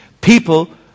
people